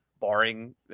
barring